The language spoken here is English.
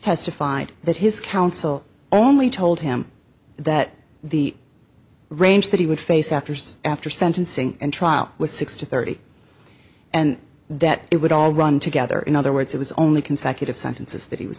testified that his counsel only told him that the range that he would face after after sentencing and trial was six to thirty and that it would all run together in other words it was only consecutive sentences that he was